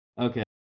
Okay